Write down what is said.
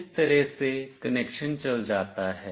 इस तरह से कनेक्शन चल जाता है